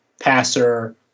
passer